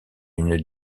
une